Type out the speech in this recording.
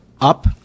up